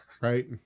Right